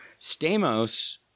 Stamos